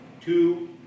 two